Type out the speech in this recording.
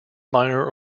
minor